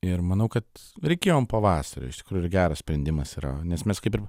ir manau kad reikėjo ant pavasario iš tikrųjų yra geras sprendimas yra nes mes kaip ir